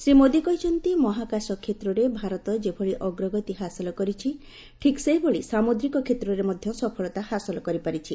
ଶ୍ରୀ ମୋଦୀ କହିଛନ୍ତି ମହାକାଶ କ୍ଷେତ୍ରରେ ଭାରତ ଯେଭଳି ଅଗ୍ରଗତି ହାସଲ କରିଛି ଠିକ୍ ସେହିଭଳି ସାମୁଦ୍ରିକ କ୍ଷେତ୍ରରେ ମଧ୍ୟ ସଫଳତା ହାସଲ କରିପାରିଛି